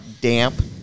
damp